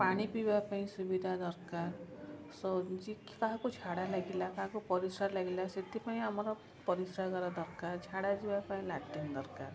ପାଣି ପିଇବା ପାଇଁ ସୁବିଧା ଦରକାର କାହାକୁ ଝାଡ଼ା ଲାଗିଲା କାହାକୁ ପରିସ୍ରା ଲାଗିଲା ସେଥିପାଇଁ ଆମର ପରିଶ୍ରାଗାର ଦରକାର ଝାଡ଼ା ଯିବା ପାଇଁ ଲାଟ୍ରିନ୍ ଦରକାର